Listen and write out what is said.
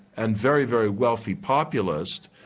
and very, very wealthy populist,